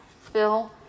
Phil